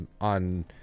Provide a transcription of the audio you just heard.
on